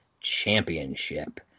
Championship